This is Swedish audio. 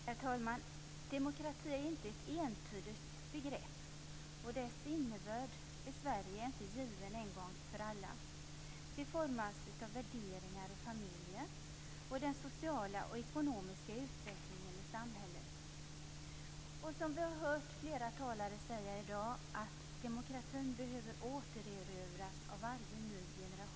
Herr talman! Demokrati är inte ett entydigt begrepp, och dess innebörd i Sverige är inte given en gång för alla. Den formas av värderingar i familjen och av den sociala och ekonomiska utvecklingen i samhället. Vi har hört flera talare i dag säga att demokratin behöver återerövras av varje ny generation.